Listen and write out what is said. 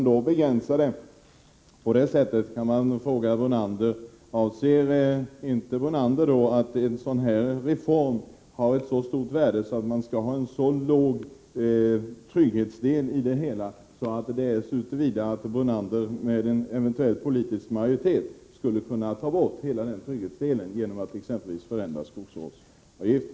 Då måste man fråga sig om inte Lennart Brunander anser att reformen har ett större värde än att man skulle kunna ta bort hela trygghetsdelen i det hela, vilket kunde bli fallet om Lennart Brunanders parti eventuellt skulle få politisk majoritet och man exempelvis avskaffade skogsvårdsavgiften.